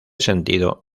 sentido